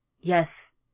Yes